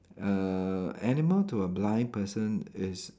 err animal to a blind person is